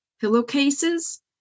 pillowcases